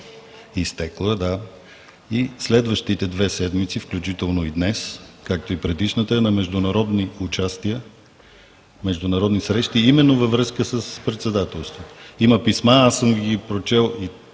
Следващите две седмици, както и днес, както и предишната е на международни участия, международни срещи именно във връзка с председателството. Има писма, аз съм Ви ги прочел